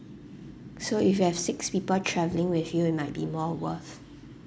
so if you have six people travelling with you it might be more worth